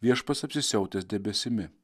viešpats apsisiautęs debesimi